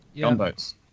Gunboats